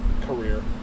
Career